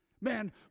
Man